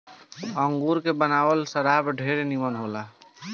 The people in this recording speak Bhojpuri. अंगूर से बनावल शराब ढेरे निमन होला